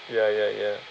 ya ya ya